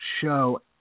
show